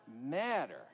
matter